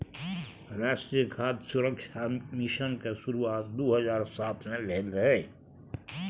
राष्ट्रीय खाद्य सुरक्षा मिशन के शुरुआत दू हजार सात मे भेल रहै